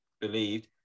believed